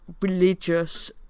religious